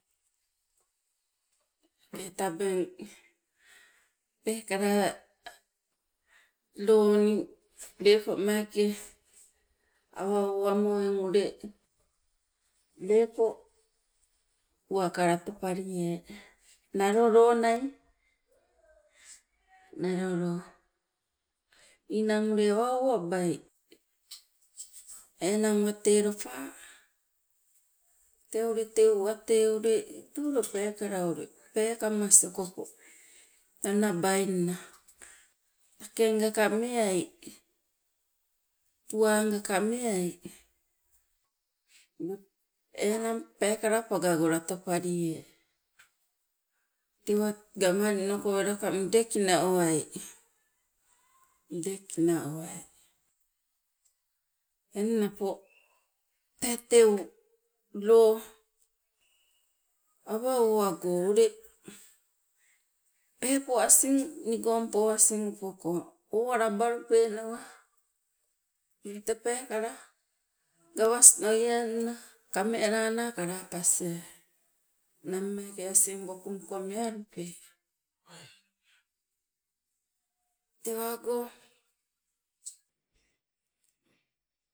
Okei tabeng peekala loo lepo meeke awa owamo lepo meeke uwaka latopalie nalo loo nai, nalo loo. Ninang ule awa owabai enang wate lopa, tee ule teu wate ule tee ule peekala peekamas okopo nabainna takengaka meai, tuwangaka meai tewa gamalinoko welaka muudekina owai. Eng napo tee teu loo awa owago ule peepo asing nigongpo asing upoko owalabalupenawa nii tee peekala gawasnoienna kamealana kalapasie, nammee ke asing wokumuko mealupe. Tewago